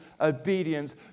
obedience